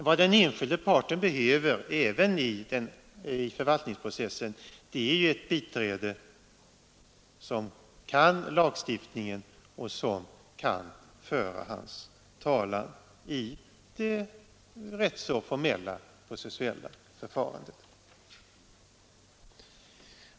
Vad den enskilde parten behöver även i förvaltningsprocesser är ju ett biträde som kan lagstiftningen och som kan föra hans talan i ganska formella processuella förfaranden.